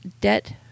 debt